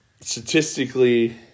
statistically